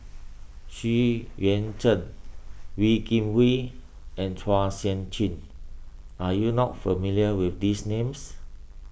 Xu Yuan Zhen Wee Kim Wee and Chua Sian Chin are you not familiar with these names